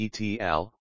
ETL